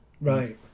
right